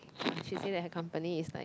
she say that her company is like